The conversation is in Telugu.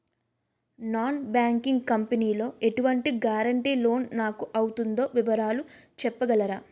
నాన్ బ్యాంకింగ్ కంపెనీ లో ఎటువంటి గారంటే లోన్ నాకు అవుతుందో వివరాలు చెప్పగలరా?